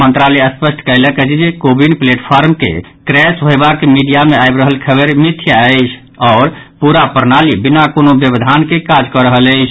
मंत्रालय स्पष्ट कयलक अछि जे कोविन प्लेटफार्म के क्रैश होयबाक मीडिया मे आबि रहल खबरि मिथ्या अछि आओर पूरा प्रणाली बिना कोनो व्यवधान के काज कऽ रहल अछि